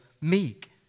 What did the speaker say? meek